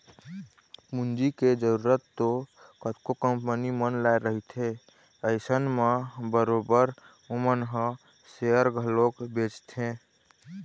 पूंजी के जरुरत तो कतको कंपनी मन ल रहिथे अइसन म बरोबर ओमन ह सेयर घलोक बेंचथे